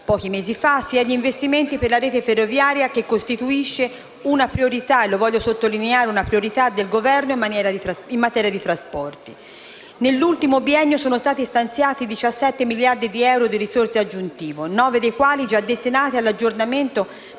pochi mesi fa, sia agli investimenti per la rete ferroviaria che costituisce una priorità - e voglio io sottolineare: una priorità - del Governo in materia di trasporti. Nell'ultimo biennio sono stati stanziati 17 miliardi di euro di risorse aggiuntive, 9 dei quali già destinati all'aggiornamento,